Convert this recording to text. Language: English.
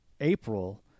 April